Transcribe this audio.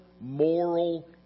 moral